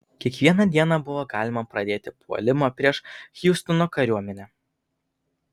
kiekvieną dieną buvo galima pradėti puolimą prieš hjustono kariuomenę